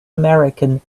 american